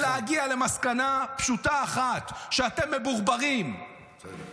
להגיד לי: ארצות הברית וצרפת,